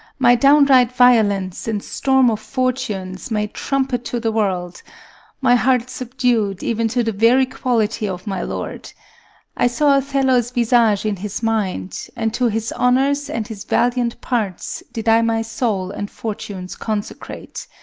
my downright violence and storm of fortunes may trumpet to the world my heart's subdu'd even to the very quality of my lord i saw othello's visage in his mind and to his honors and his valiant parts did i my soul and fortunes consecrate.